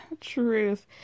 truth